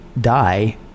die